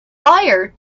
fire